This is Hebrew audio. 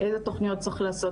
איזה תוכניות צריך לעשות